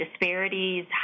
disparities